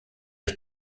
are